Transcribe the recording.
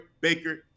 Baker